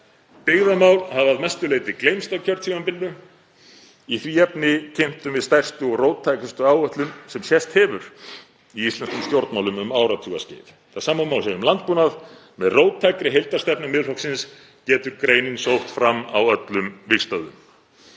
Byggðamál hafa að mestu leyti gleymst á kjörtímabilinu. Í því efni kynntum við stærstu og róttækustu áætlun sem sést hefur í íslenskum stjórnmálum um áratugaskeið. Það sama má segja um landbúnað. Með róttækri heildarstefnu Miðflokksins getur greinin sótt fram á öllum vígstöðvum.